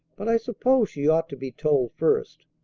but i suppose she ought to be told first.